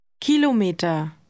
Kilometer